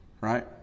right